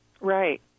Right